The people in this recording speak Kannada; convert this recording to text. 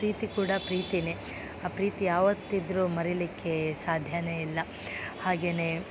ಪ್ರೀತಿ ಕೂಡ ಪ್ರೀತಿಯೇ ಆ ಪ್ರೀತಿ ಯಾವತ್ತಿದ್ದರು ಮರಿಲಿಕ್ಕೆ ಸಾಧ್ಯವೇ ಇಲ್ಲ ಹಾಗೆಯೇ